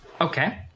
Okay